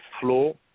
flow